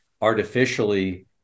artificially